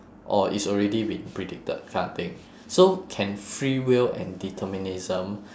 oh it's already been predicted kind of thing so can free will and determinism